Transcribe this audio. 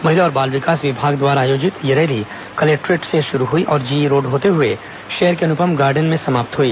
महिला और बाल विकास विभाग द्वारा आयोजित यह रैली कलेक्टोरेट से शुरू हई और जीईरोड होते हए शहर के अनुपम गार्डन में समाप्त हई